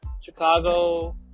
Chicago